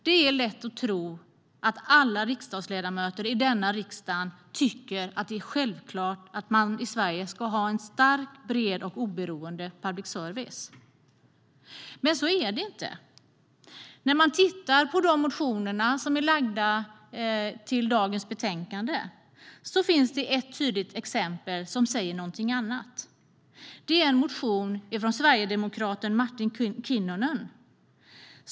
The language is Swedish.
Det är lätt att tro att alla riksdagsledamöter i denna riksdag tycker att det är självklart att man i Sverige ska ha en stark, bred och oberoende public service, men så är det inte. När man tittar på motionerna i dagens betänkande ser man att det finns ett tydligt exempel som säger något annat. Det är en motion från sverigedemokraten Martin Kinnunen.